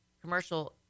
commercial